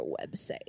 website